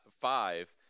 five